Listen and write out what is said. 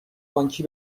بانکی